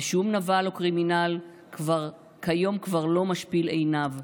// ושום נבל או קרימינל כיום כבר לא משפיל עיניו,